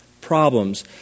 problems